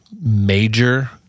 major